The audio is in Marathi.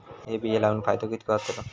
हे बिये लाऊन फायदो कितको जातलो?